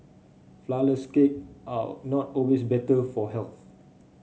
flourless cake are not always better for health